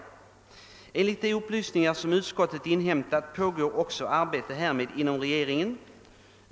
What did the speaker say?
Enligt de upplysningar som utskottet inhämtat pågår också arbete härmed inom regeringen.